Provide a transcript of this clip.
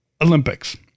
Olympics